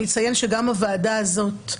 אני אציין שגם הוועדה הזאת,